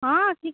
ହଁ